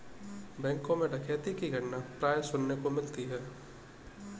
बैंकों मैं डकैती की घटना प्राय सुनने को मिलती है